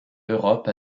europe